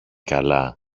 καλά